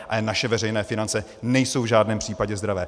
Ale naše veřejné finance nejsou v žádném případě zdravé.